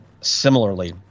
similarly